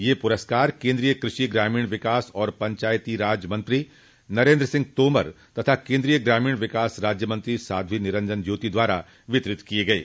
यह पुरस्कार केन्द्रीय कृषि ग्रामीण विकास और पचायती राज मंत्री नरेन्द्र सिंह तोमर तथा केन्द्रीय ग्रामीण विकास राज्य मंत्री साध्वी निरंजन ज्योति द्वारा वितरित किये गये